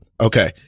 Okay